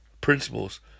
principles